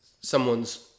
someone's